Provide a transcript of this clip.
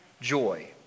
joy